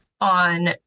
on